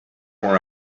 where